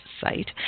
site